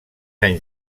anys